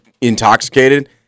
intoxicated